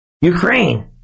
Ukraine